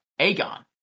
Aegon